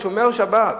הוא שומר שבת,